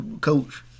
coach